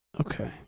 Okay